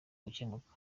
gukemuka